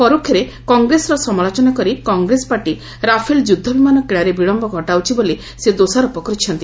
ପରୋକ୍ଷରେ କଂଗ୍ରେସର ସମାଲୋଚନା କରି କଂଗ୍ରେସ ପାର୍ଟି ରାଫେଲ ଯୁଦ୍ଧବିମାନ କିଣାରେ ବିଳମ୍ୟ ଘଟାଉଛି ବୋଲି ସେ ଦୋଷାରୋପ କରିଛନ୍ତି